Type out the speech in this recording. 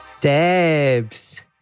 Debs